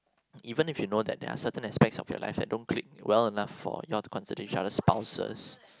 even if you know that there are certain aspects of your life that don't click well enough for you all to consider each other spouses